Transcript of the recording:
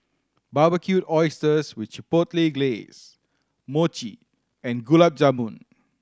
Barbecued Oysters with Chipotle Glaze Mochi and Gulab Jamun